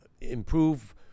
improve